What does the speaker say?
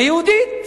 ויהודית.